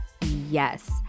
yes